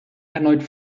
erneut